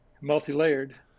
multi-layered